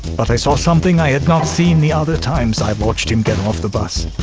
but i saw something i had not seen the other times i'd watched him get off the bus.